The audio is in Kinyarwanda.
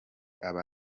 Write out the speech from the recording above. aba